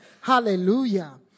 Hallelujah